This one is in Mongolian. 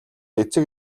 эцэг